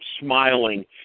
smiling